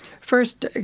First